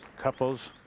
couples.